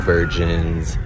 Virgins